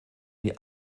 die